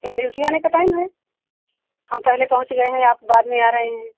ये ड्यूटी आने का टाइम है हम पहले पहुँच गए है आप बाद में आ रहे हैं